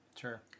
Sure